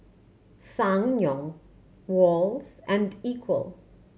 Ssangyong Wall's and Equal